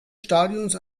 stadions